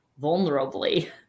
vulnerably